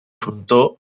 frontó